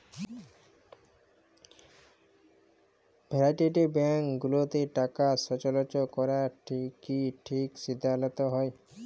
private bank গুলাতে টাকা সল্চয় ক্যরা কি ঠিক সিদ্ধাল্ত হ্যয়